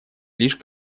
лишь